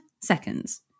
seconds